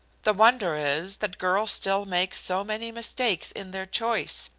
the wonder is that girls still make so many mistakes in their choice,